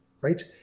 right